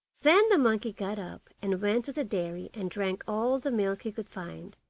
then the monkey got up and went to the dairy, and drank all the milk he could find.